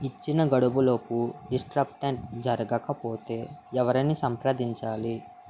ఇచ్చిన గడువులోపు డిస్బర్స్మెంట్ జరగకపోతే ఎవరిని సంప్రదించాలి?